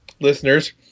listeners